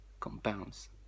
compounds